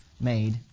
made